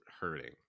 hurting